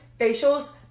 facials